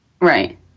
Right